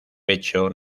pecho